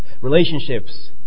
Relationships